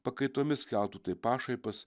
pakaitomis keltų tai pašaipas